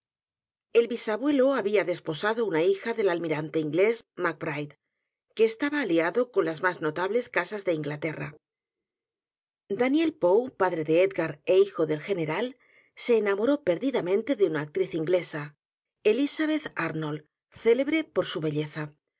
el bisabuelo había desposado una hija del almirante inglés mac bride que estaba aliado con las más nobles casas de inglaterra daniel poe padre de e d g a r é hijo del general se enamoró perdidamente de una actriz inglesa elisabeth arnold célebre por su belleza